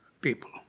people